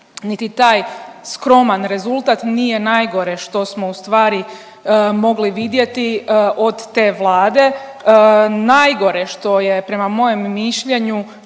niti taj skroman rezultat nije najgore što smo ustvari mogli vidjeti od te Vlade, najgore što je prema mojem mišljenju